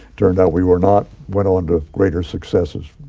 turned out we were not. went on to greater successes.